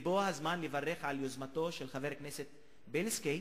זה הזמן לברך על יוזמתו של חבר הכנסת בילסקי,